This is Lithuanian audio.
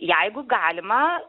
jeigu galima